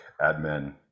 admin